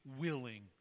willing